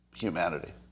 humanity